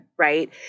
Right